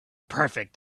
perfect